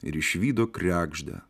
ir išvydo kregždę